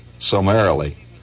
summarily